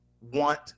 want